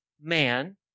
man